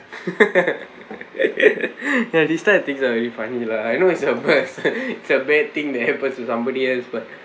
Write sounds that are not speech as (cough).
(laughs) ya this type of things are very funny lah I know is a burst it's a bad thing that happens to somebody else but